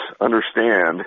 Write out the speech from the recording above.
understand